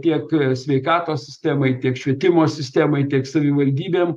tiek sveikatos sistemai tiek švietimo sistemai tiek savivaldybėm